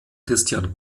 christian